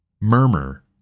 murmur